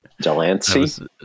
Delancey